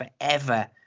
forever